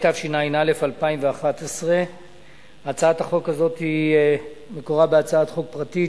התשע"א 2011. הצעת החוק הזאת מקורה בהצעת חוק פרטית